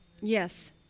Yes